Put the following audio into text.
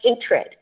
hatred